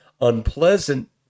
unpleasant